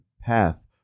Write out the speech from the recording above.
path